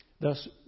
Thus